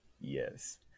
Yes